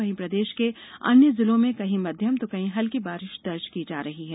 वहीं प्रदेश के अन्य जिलों में कहीं मध्यम तो कहीं हल्की बारिश दर्ज की जा रही है